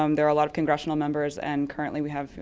um there are a lot of congressional members and currently we have,